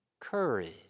courage